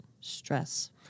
stress